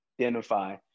identify